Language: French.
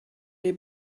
les